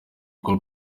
rwo